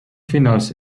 finals